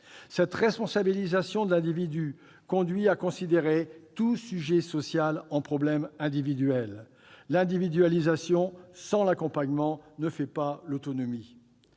Cette responsabilisation de l'individu conduit à considérer tout sujet social en problème individuel. L'individualisation sans l'accompagnement ne fait pas l'autonomie.